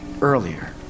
earlier